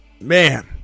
Man